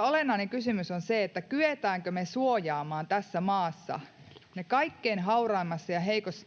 Olennainen kysymys on, kyetäänkö me suojaamaan tässä maassa ne kaikkein hauraimmassa ja